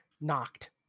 knocked